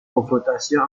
confrontation